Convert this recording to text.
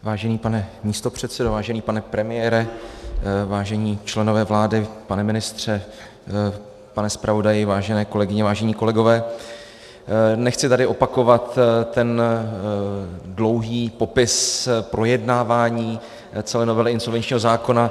Vážený pane místopředsedo, vážený pane premiére, vážení členové vlády, pane ministře, pane zpravodaji, vážené kolegyně, vážení kolegové, nechci tady opakovat dlouhý popis projednávání celé novely insolvenčního zákona.